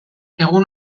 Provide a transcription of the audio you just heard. egun